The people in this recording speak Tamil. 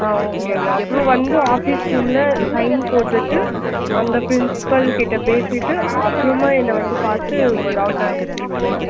ஆ ஓகேங்க அப்புறம் வந்து ஆஃபீஸ் ரூம்மில் சைன் போட்டுட்டு அங்கே பிரின்ஸ்பல் கிட்ட பேசிவிட்டு அப்புறமா என்ன வந்து பார்த்து உங்கள் டாட்டரை கூப்பிட்டுட்டு போகலாம்